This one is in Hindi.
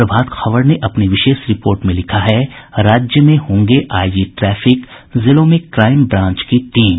प्रभात खबर ने अपनी विशेष रिपोर्ट में लिखा है राज्य में होंगे आईजी ट्रैफिक जिलों में क्राईम ब्रांच की टीम